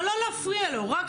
לא להפריע לו, רק הוא מדבר עכשיו.